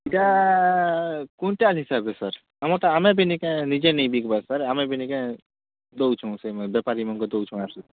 ଏଟା କୁଇଣ୍ଟାଲ୍ ହିସାବରେ ସାର୍ ଆମର୍ଟା ଆମେ ବି ନିଜେ ନାଇଁ ବିକ୍ବାର ସାର୍ ଆମେ ବି ନିଜେ ଦେଉଛୁଁ ବେପାରୀମାନଙ୍କୁ ଦେଉଛୁଁ ଆରୁ